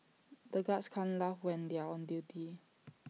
the guards can't laugh when they are on duty